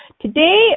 Today